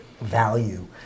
value